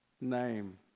name